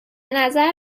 نظر